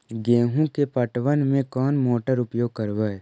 गेंहू के पटवन में कौन मोटर उपयोग करवय?